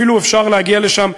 אפילו אפשר להגיע לשם,